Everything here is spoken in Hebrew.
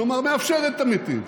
כלומר מאפשרת את המתים,